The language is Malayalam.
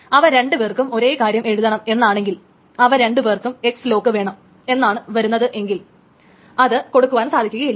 അവ രണ്ടു പേർക്കും ഒരേകാര്യം എഴുതണം എന്നാണെങ്കിൽ അവ രണ്ടു പേർക്കും X ലോക്ക് വേണം എന്നാണ് വരുന്നതെങ്കിൽ അത് കൊടുക്കുവാൻ സാധിക്കുകയില്ല